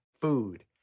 food